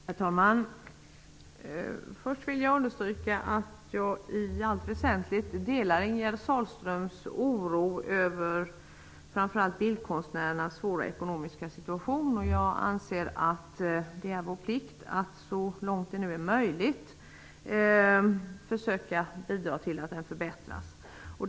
Herr talman! Först vill jag understryka att jag i allt väsentligt delar Ingegerd Sahlströms oro över framför allt bildkonstnärernas svåra ekonomiska situation. Jag anser att det är vår plikt att så långt det är möjligt försöka bidra till att den förbättras.